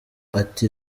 ati